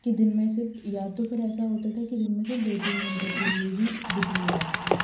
की दिन मे सिर्फ या तो फिर ऐसा होता था की दिन में सिर्फ दो तीन घंटों के लिए ही बिजली आती थी